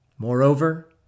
Moreover